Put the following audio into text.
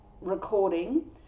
recording